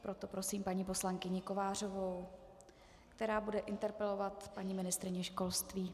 Proto prosím paní poslankyni Kovářovou, která bude interpelovat paní ministryni školství.